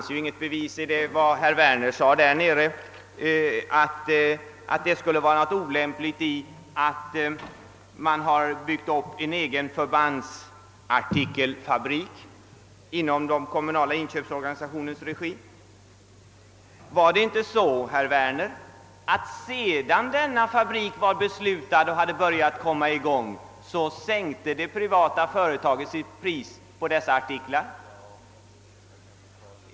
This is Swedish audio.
Herr Werner lyckades inte genom vad han sade bevisa att det skulle vara något olämpligt i att man har byggt upp en egen förbandsartikelfabrik i den kommunala inköpsorganisationens regi. Var det inte så, herr Werner, att, sedan denna fabrik hade beslutats och börjat komma i gång, det privata företaget sänkte sitt pris på dessa artiklar?